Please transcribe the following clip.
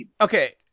Okay